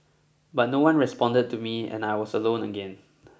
but no one responded to me and I was alone again